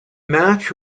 match